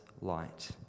light